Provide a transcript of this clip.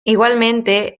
igualmente